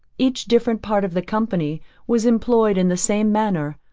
each different part of the company was employed in the same manner,